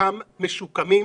לדרכם משוקמים,